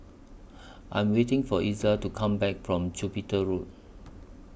I Am waiting For Iza to Come Back from Jupiter Road